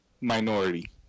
Minority